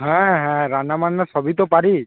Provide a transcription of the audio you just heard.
হ্যাঁ হ্যাঁ রান্না বান্না সবই তো পারি